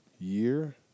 year